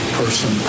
person